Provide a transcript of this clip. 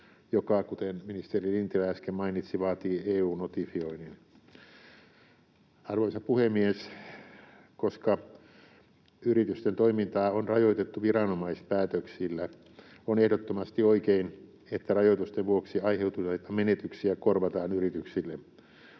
joka, kuten ministeri Lintilä äsken mainitsi, vaatii EU-notifioinnin. Arvoisa puhemies! Koska yritysten toimintaa on rajoitettu viranomaispäätöksillä, on ehdottomasti oikein, että rajoitusten vuoksi aiheutuneita menetyksiä korvataan yrityksille.